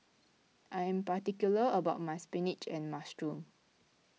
I am particular about my Spinach and Mushroom